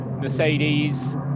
Mercedes